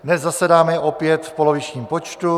Dnes zasedáme opět v polovičním počtu.